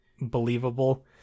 believable